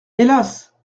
hélas